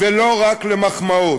ולא רק למחמאות.